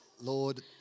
Lord